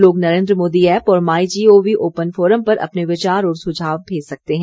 लोग नरेन्द्र मोदी ऐप और my G O V open forum पर अपने विचार और सुझाव भेज सकते हैं